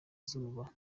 zuba